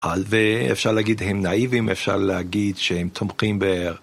אפשר להגיד הם נאיבים, אפשר להגיד שהם תומכים ב...